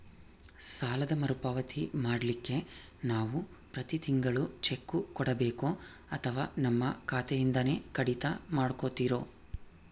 ಸಾಲದ ಮರುಪಾವತಿ ಮಾಡ್ಲಿಕ್ಕೆ ನಾವು ಪ್ರತಿ ತಿಂಗಳು ಚೆಕ್ಕು ಕೊಡಬೇಕೋ ಅಥವಾ ನಮ್ಮ ಖಾತೆಯಿಂದನೆ ಕಡಿತ ಮಾಡ್ಕೊತಿರೋ?